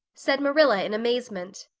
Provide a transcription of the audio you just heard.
said marilla in amazement.